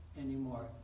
anymore